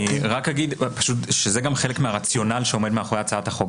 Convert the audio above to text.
אגיד שזה גם חלק מהרציונל שעומד מאחורי הצעת החוק.